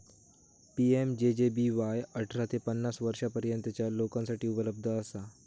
PMJJBY अठरा ते पन्नास वर्षांपर्यंतच्या लोकांसाठी उपलब्ध असा